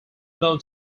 known